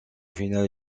finale